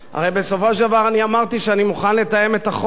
הרי בסופו של דבר אני אמרתי שאני מוכן לתאם את החוק.